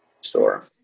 store